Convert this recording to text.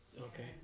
okay